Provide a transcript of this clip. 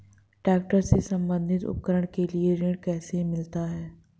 Tractor से संबंधित उपकरण के लिए ऋण कैसे मिलता है?